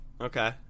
Okay